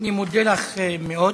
אני מודה לך מאוד.